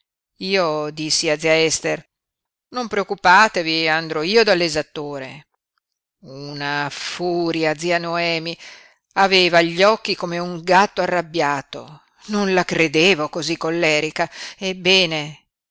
io dissi a zia ester non preoccupatevi andrò io dall'esattore una furia zia noemi aveva gli occhi come un gatto arrabbiato non la credevo cosí collerica ebbene